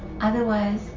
Otherwise